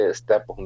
step